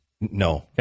No